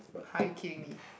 are you kidding me